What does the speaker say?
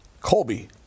Colby